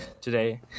today